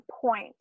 point